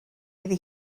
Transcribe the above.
iddi